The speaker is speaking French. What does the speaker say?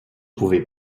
pouvait